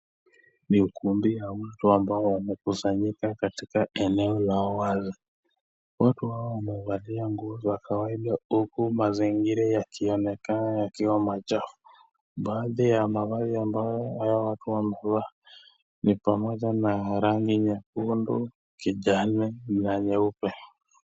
Ni ukumbi ya watu ambao wamekusanyika katika eneo la wazi watu hawa wamevalia nguo za kawaida huku mazingira yakionekana yakiwa machafu baadhi ya mavazi ambayo hawa watu wamevaa ni pamoja na rangi nyekundu kijani na nyeupe